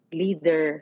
leader